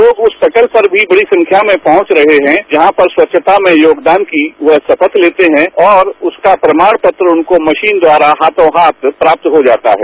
लोग उस पटल पर भी बड़ी संख्या में पहुंच रहे हैं जहां पर स्वच्छता में योगदान की वह शपथ लेते है और उसका प्रमाण पत्र उनको मशीन द्वारा हाथों हाथ प्राप्त हो जाता है